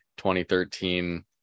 2013